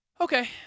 Okay